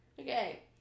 okay